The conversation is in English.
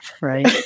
right